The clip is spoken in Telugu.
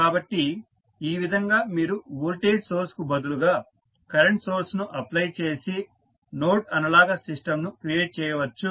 కాబట్టి ఈ విధంగా మీరు వోల్టేజ్ సోర్స్కు బదులుగా కరెంట్ సోర్స్ను అప్లై చేసే నోడ్ అనలాగస్ సిస్టంను క్రియేట్ చేయవచ్చు